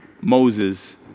Moses